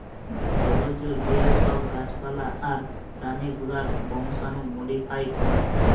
জলজ যে সব গাছ পালা আর প্রাণী গুলার বংশাণু মোডিফাই করা